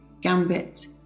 Gambit